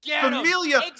Familia